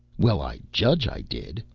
well, i judge i did.